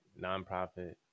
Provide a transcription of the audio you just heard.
nonprofit